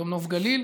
היום נוף גליל?